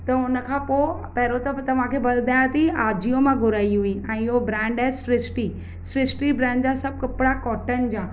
त हुन खां पोइ पहिरों त तव्हांखे ॿुधाया थी आजियो मां घुराई हुई ऐं इहो ब्रैंड आहे सृष्टि सृष्टि ब्रैंड जा सभु कपिड़ा कॉटन जा